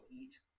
eat